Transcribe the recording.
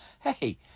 Hey